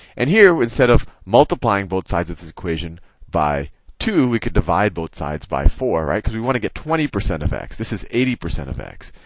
and here, instead of multiplying both sides of this equation by two, we could divide both sides by four, right? because we want to get twenty percent of x. this is eighty percent of x.